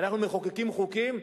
ואנחנו מחוקקים חוקים,